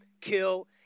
kill